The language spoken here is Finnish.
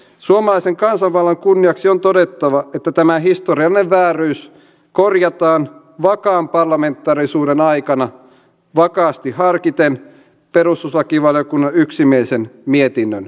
suomalaisen kansanvallan kunniaksi on todettava että tämä historiallinen vääryys korjataan vakaan parlamentaarisuuden aikana vakaasti harkiten perustuslakivaliokunnan yksimielisen mietinnön